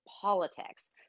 politics